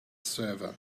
server